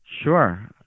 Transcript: Sure